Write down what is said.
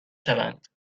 شوند